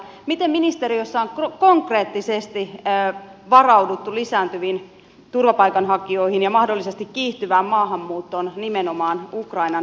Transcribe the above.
miten ministeriössä on konkreettisesti varauduttu turvapaikanhakijoiden lisääntyvään määrään ja mahdollisesti kiihtyvään maahanmuuttoon nimenomaan ukrainan kriisialueelta